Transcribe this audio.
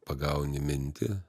pagauni mintį